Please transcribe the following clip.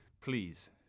Please